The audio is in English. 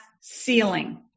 ceiling